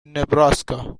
nebraska